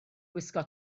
gwisgo